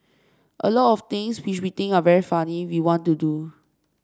a lot of things which we think are very funny we want to do